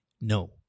no